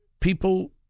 people